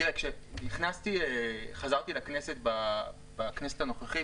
תראה, כשחזרתי לכנסת בכנסת הנוכחית,